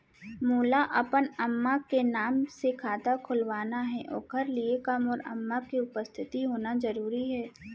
मोला अपन अम्मा के नाम से खाता खोलवाना हे ओखर लिए का मोर अम्मा के उपस्थित होना जरूरी हे?